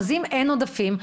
אז אם אין עודפים,